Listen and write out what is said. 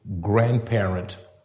grandparent